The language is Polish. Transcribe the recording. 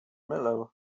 mylę